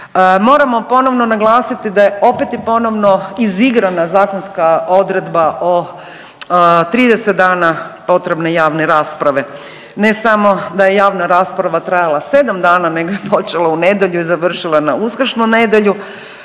Moramo ponovno naglasiti da opet je ponovno izigrana zakonska odredba o 30 dana potrebne javne rasprave. Ne samo da je javna rasprava trajala 7 dana nego je počela u nedjelju i završila na uskršnju nedjelju